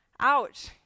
Ouch